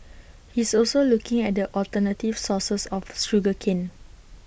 he is also looking at alternative sources of sugar cane